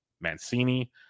Mancini